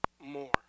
more